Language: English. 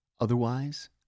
Otherwise